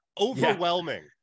overwhelming